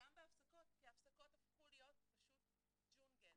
וגם בהפסקות כי ההפסקות הפכו להיות פשוט ג'ונגל.